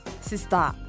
sister